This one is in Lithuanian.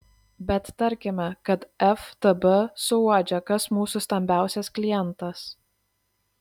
bet tarkime kad ftb suuodžia kas mūsų stambiausias klientas